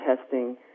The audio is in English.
testing